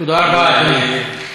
תודה רבה, אדוני.